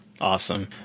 Awesome